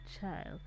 child